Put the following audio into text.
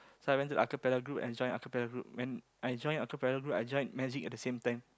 so I went to acapella group and joined acapella group when I join acapella group I joined magic at the same time